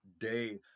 day